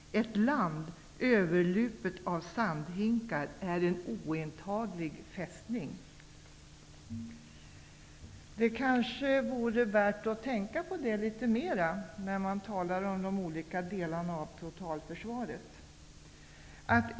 Ett land överlupet av sandhinkar är en ointaglig fästning. Kanske vore det värt att litet mera tänka på detta när det talas om de olika delarna av totalförsvaret.